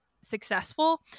successful